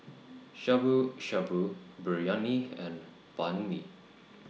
Shabu Shabu Biryani and Banh MI